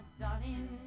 darling